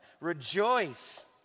Rejoice